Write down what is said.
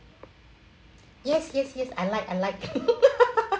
yes yes yes I like I like